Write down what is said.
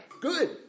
Good